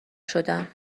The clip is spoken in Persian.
شدم